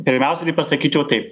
pirmiausiai tai pasakyčiau taip